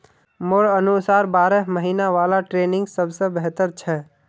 मोर अनुसार बारह महिना वाला ट्रेनिंग सबस बेहतर छ